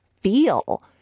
feel